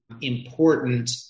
important